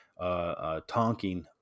tonking